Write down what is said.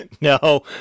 no